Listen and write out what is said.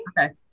Okay